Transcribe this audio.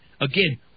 Again